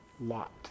lot